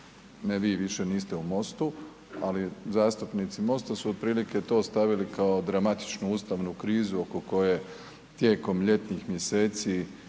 ne vi, više niste u Mostu, ali zastupnici Mosta su otprilike to stavili kao dramatičnu ustavnu krizu oko koje tijekom ljetnih mjeseci